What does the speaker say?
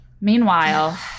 Meanwhile